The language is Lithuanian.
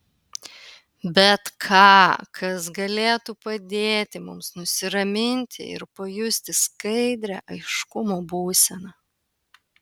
bet ką kas galėtų padėti mums nusiraminti ir pajusti skaidrią aiškumo būseną